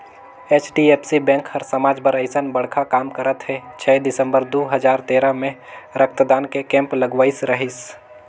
HDFC bank हर समाज बर अइसन बड़खा काम करत हे छै दिसंबर दू हजार तेरा मे रक्तदान के केम्प लगवाए रहीस